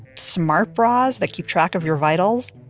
smart bras that keep track of your vitals.